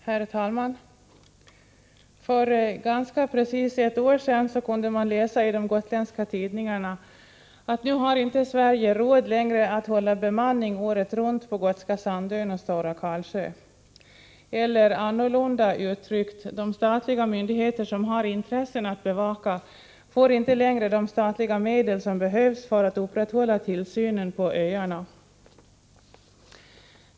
Herr talman! För ganska precis ett år sedan kunde man läsa i de gotländska tidningarna att nu har Sverige inte råd längre att hålla bemanning året runt på Gotska Sandön och Stora Karlsö. Eller annorlunda uttryckt: De statliga myndigheter som har intressen att bevaka får inte längre de statliga medel som behövs för att upprätthålla tillsynen på öarna.